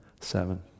seven